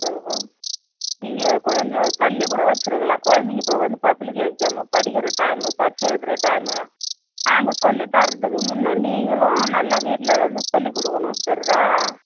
சொல்லுங்க நீங்கள் கொஞ்சம் தள்ளிக் கூட வெச்சுருக்கலாம் குழந்தைங்க இப்போது வந்து பப்ளிக்கு எக்ஜாமு படிக்கிற டைமு பரிட்சை எழுதுகிற டைமு நாங்கள் சொல்லித் தர்றதுக்கு முன்னே நீங்களும் நல்லா வீட்டில் வந்து சொல்லிக் கொடுக்கணும் தெரியுதா